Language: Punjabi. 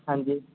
ਹਾਂਜੀ